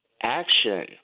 action